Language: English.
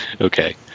Okay